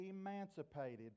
emancipated